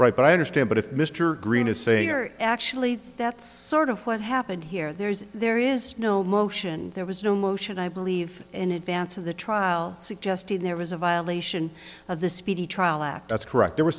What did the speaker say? right but i understand but if mr green is saying or actually that's sort of what happened here there is there is no motion there was no motion i believe in advance of the trial suggesting there was a violation of the speedy trial act that's correct there w